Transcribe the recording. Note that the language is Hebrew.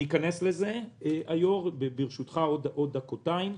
אני איכנס לזה, ברשותך, עוד דקותיים.